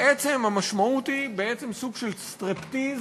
בעצם המשמעות היא סוג של סטריפטיז